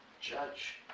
judge